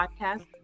podcast